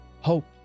Hope